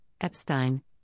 Epstein